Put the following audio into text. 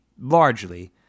largely